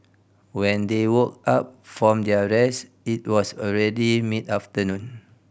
when they woke up from their rest it was already mid afternoon